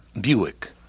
Buick